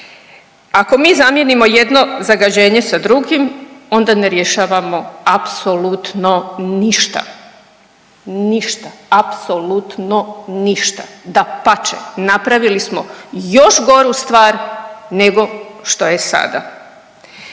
Ako mi zamijenimo jedno zagađenjem sa drugim onda ne rješavamo apsolutno ništa. Ništa, apsolutno ništa. Dapače napravili smo još goru stvar nego što je sada.